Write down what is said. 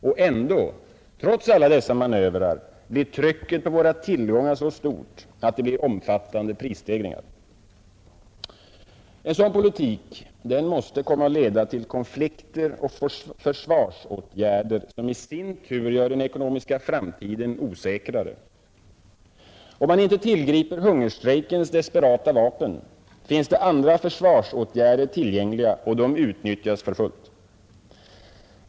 Och ändå — trots alla dessa manövrer — blir trycket på våra tillgångar så stort att resultatet blir omfattande prisstegringar. En sådan politik måste komma att leda till konflikter och försvarsåtgärder som i sin tur gör den ekonomiska framtiden osäkrare. Om man inte tillgriper hungerstrejkens desperata vapen finns det andra försvarsåtgärder tillgängliga, och de utnyttjas för fullt.